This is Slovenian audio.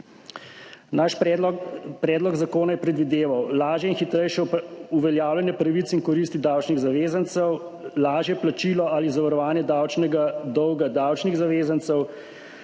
Naš predlog zakona je predvideval lažje in hitrejše uveljavljanje pravic in koristi davčnih zavezancev, lažje plačilo ali zavarovanje davčnega dolga davčnih zavezancev,